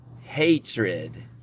hatred